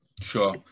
Sure